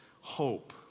hope